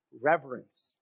reverence